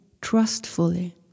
trustfully